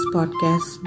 Podcast